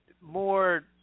more